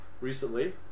Recently